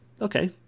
Okay